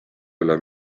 üle